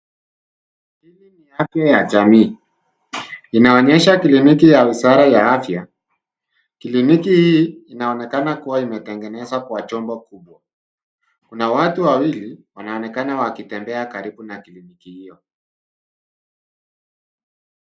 Hili ni afya ya jamii inaonyesha kliniki ya wizara ya afya ,kliniki hii inaonekana kuwa imetengenezwa kwa chombo kubwa kuna watu wawili wanaonekana wakitembea karibu na kliniki hiyo.